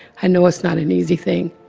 i know it's not an easy thing,